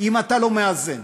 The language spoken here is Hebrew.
אם אתה לא מאזן.